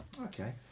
Okay